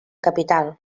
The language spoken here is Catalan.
capital